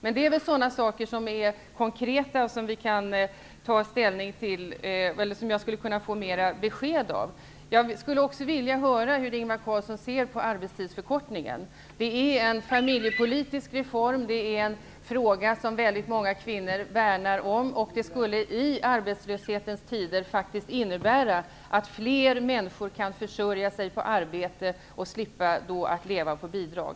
Men detta är väl sådant som är konkret och som jag skulle kunna få mer besked om. Jag skulle också vilja höra hur Ingvar Carlsson ser på arbetstidsförkortningen. Det är en familjepolitisk reform, och det är en fråga som väldigt många kvinnor värnar om. I arbetslöshetens tider skulle en arbetstidsförkortning innebära att fler människor kan försörja sig på arbete och slippa leva på bidrag.